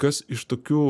kas iš tokių